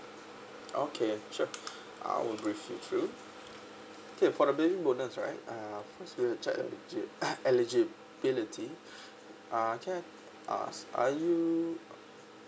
okay sure I will brief you through okay for the baby bonus right uh first I will check eligibility uh can I ask are you